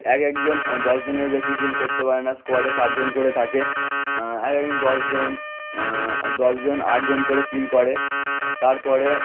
এক এক জন দশ জনের বেশি কিল করতে পারে না স্কোয়াডে চার জন করে থাকে এক এক জন দশ জন দশ জন আট জন করে কিল করে তারপরে